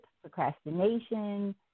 procrastination